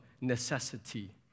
necessity